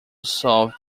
solve